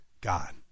God